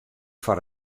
foar